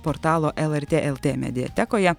portalo lrt lt mediatekoje